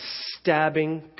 stabbing